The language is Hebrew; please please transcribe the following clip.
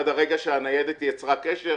עד הרגע שהניידת יצרה קשר.